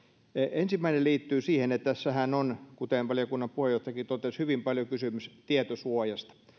ensimmäinen liittyy siihen että tässähän on kuten valiokunnan puheenjohtajakin totesi hyvin paljon kysymys tietosuojasta